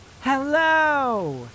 Hello